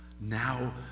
now